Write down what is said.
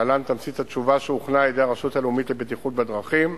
להלן תמצית התשובה שהוכנה על-ידי הרשות הלאומית לבטיחות בדרכים.